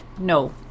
No